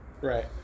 right